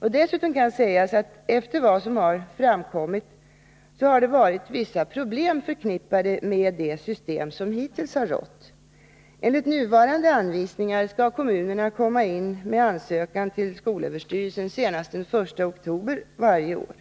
Dessutom kan sägas att det, efter vad som framkommit, har varit vissa problem förknippade med det system som hittills tillämpats. Enligt nuvarande anvisningar skall kommunerna komma in med ansökan till skolöverstyrelsen senast den 1 oktober varje år.